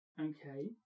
okay